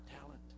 talent